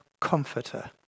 comforter